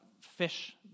fish